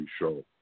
show